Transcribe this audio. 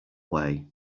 way